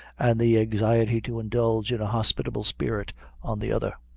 and the anxiety to indulge in a hospitable spirit on the other.